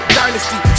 dynasty